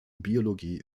biologie